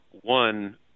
One